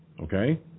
Okay